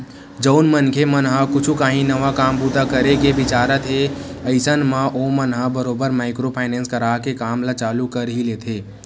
जउन मनखे मन ह कुछ काही नवा काम बूता करे के बिचारत हे अइसन म ओमन ह बरोबर माइक्रो फायनेंस करा के काम ल चालू कर ही लेथे